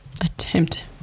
attempt